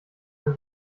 man